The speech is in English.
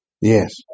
Yes